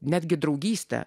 netgi draugystė